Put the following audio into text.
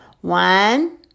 One